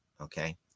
okay